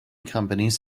companies